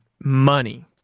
money